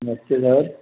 नमस्ते sir